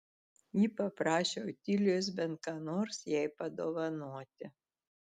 ji paprašė otilijos bent ką nors jai padovanoti